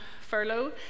furlough